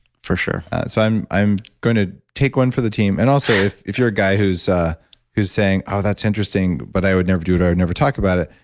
for sure so i'm i'm going to take one for the team. and also, if if you're a guy who's ah who's saying, oh, that's interesting, but i would never do it, or i'd never talk about it.